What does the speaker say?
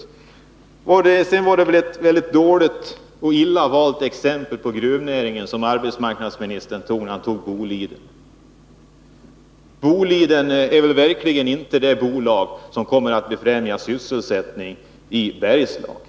Måndagen den Sedan var det väl ett dåligt och illa valt exempel på gruvnäringen som 15 februari 1982 arbetsmarknadsministern tog när han nämnde Boliden. Det bolaget kommer verkligen inte att befrämja sysselsättningen i Bergslagen.